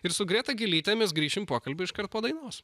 ir su greta gylyte mes grįšim pokalbiui iškart po dainos